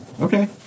Okay